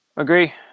Agree